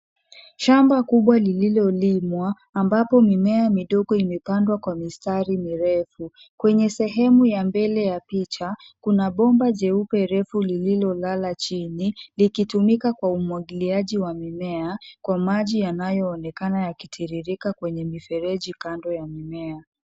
Shamba kubwa lililolimwa mabapo mimea midogo imepandwa kwa mistari mirefu. Kwenye sehemu ya mbele ya picha kuna bomba jeupe refu lililolala chini likitumika kwa umwagiliaji wa mimea kwa maji yanayoonekana yakitiririka kwenye mifereji kando ya mimea.